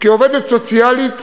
כעובדת סוציאלית